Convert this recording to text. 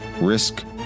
risk